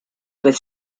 with